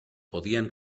podían